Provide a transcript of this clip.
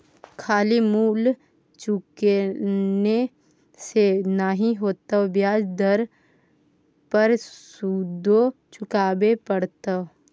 खाली मूल चुकेने से नहि हेतौ ब्याज दर पर सुदो चुकाबे पड़तौ